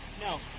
No